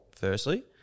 firstly